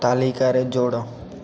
ତାଲିକାରେ ଯୋଡ଼